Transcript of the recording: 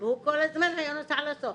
והוא כל הזמן היה נוסע לסוכנות: